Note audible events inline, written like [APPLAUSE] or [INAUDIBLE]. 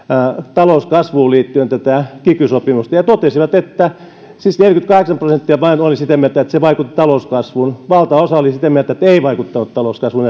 talouskasvuun liittyen kiky sopimusta ja totesivat siis neljäkymmentäkahdeksan prosenttia vain oli sitä mieltä että se vaikutti talouskasvuun valtaosa näistä taloustieteilijöistä oli sitä mieltä että ei vaikuttanut talouskasvuun [UNINTELLIGIBLE]